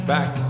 Back